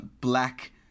black